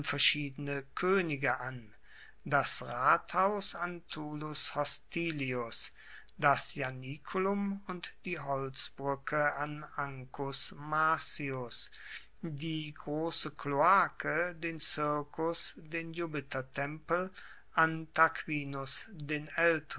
verschiedene koenige an das rathaus an tullus hostilius das ianiculum und die holzbruecke an ancus marcius die grosse kloake den circus den jupitertempel an tarquinius den